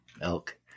elk